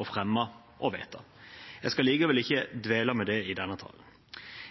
å fremme og vedta. Jeg skal likevel ikke dvele ved det i denne talen.